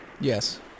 Yes